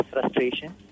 frustration